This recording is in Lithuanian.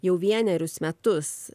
jau vienerius metus